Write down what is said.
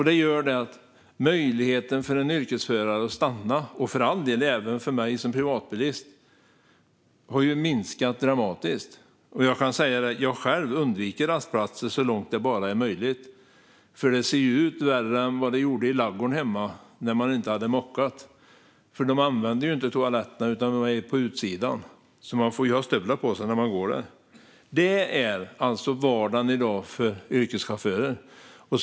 Detta har gjort att möjligheten för en yrkesförare, och för all del även för mig som privatbilist, att stanna har minskat dramatiskt. Jag kan säga att jag själv undviker rastplatser så långt det bara är möjligt, för det ser värre ut där än vad det gjorde i ladugården hemma när man inte hade mockat. De använder ju inte toaletterna, utan de är på utsidan. Man får ha stövlar på sig när man går där. Det är vardagen för yrkeschaufförer i dag.